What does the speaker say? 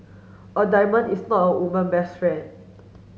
a diamond is not a woman best friend